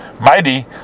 mighty